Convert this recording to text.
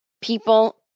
People